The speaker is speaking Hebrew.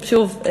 שוב,